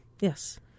Yes